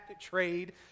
trade